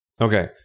Okay